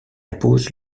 impose